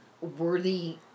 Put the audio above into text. worthy